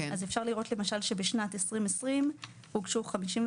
אפשר לראות למשל שבשנת 2020 הוגשו 53